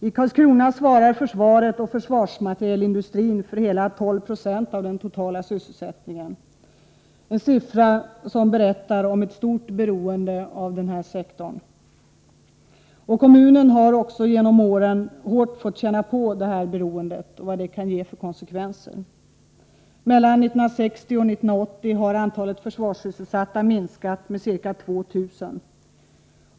I Karlskrona svarar försvaret och försvarsmaterielindustrin för hela 12 90 av den totala sysselsättningen, en siffra som berättar om ett stort beroende av denna sektor. Kommunen har genom åren också hårt fått känna av detta beroende och vilka konsekvenser det kan få. Mellan 1960 och 1980 har antalet försvarssysselsatta minskat med ca 2 000.